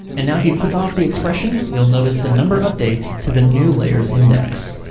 and now, if you click off the expression, you'll notice the number updates to the new layer's index.